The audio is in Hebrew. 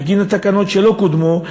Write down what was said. בגין התקנות שלא קודמו,